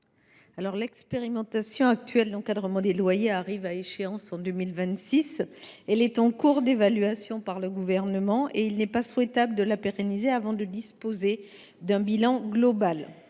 L’expérimentation actuelle de l’encadrement des loyers arrivera à échéance en 2026. Elle est en cours d’évaluation par le Gouvernement. Or il n’est pas souhaitable de la pérenniser avant de disposer d’un bilan global.